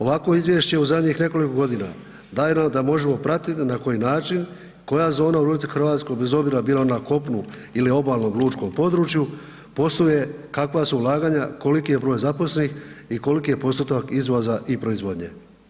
Ovako izvješće u zadnjih nekoliko godina daje nam da možemo pratiti na koji način, koja zona u RH bez obzira bila ona na kopnu ili na obalnom lučkom području, posluje kakva su ulaganja, koliki je broj zaposlenih i koliki postotak izvoza i proizvodnje.